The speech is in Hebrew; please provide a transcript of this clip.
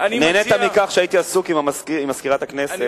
נהנית מכך שהייתי עסוק עם מזכירת הכנסת.